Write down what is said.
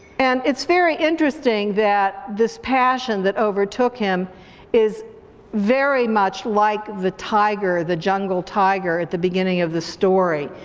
and it's very interesting that this passion that overtook him is very much like the tiger, the jungle tiger at the beginning of the story,